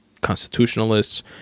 constitutionalists